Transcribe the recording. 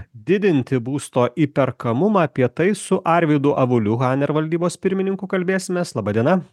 didinti būsto įperkamumą apie tai su arvydu avuliu hanner valdybos pirmininku kalbėsimės laba diena